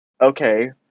okay